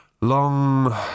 Long